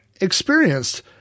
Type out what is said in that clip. experienced